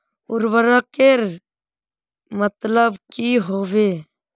उर्वरक के मतलब की होबे है?